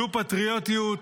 זו פטריוטיות.